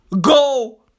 go